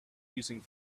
using